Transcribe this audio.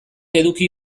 eduki